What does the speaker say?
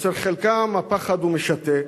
אצל חלקם הפחד היה משתק,